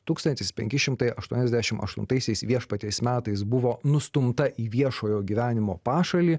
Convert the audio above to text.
tūkstantis penki šimtai aštuoniasdešim aštuntaisiais viešpaties metais buvo nustumta į viešojo gyvenimo pašalį